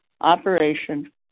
operation